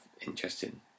interesting